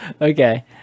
Okay